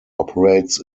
operates